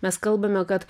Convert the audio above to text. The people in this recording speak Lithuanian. mes kalbame kad